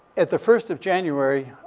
at the first of january,